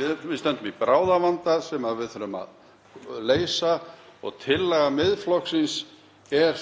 Við stöndum frammi fyrir bráðavanda sem við þurfum að leysa og tillaga Miðflokksins er